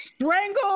strangled